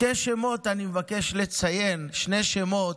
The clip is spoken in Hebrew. אני מבקש לציין שני שמות: